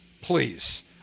Please